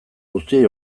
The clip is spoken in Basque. guztiei